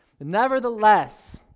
Nevertheless